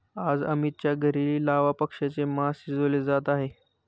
आज अमितच्या घरी लावा पक्ष्याचे मास शिजवले जात आहे